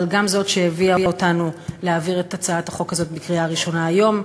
אבל גם זאת שהביאה אותנו להעביר את הצעת החוק הזאת בקריאה ראשונה היום,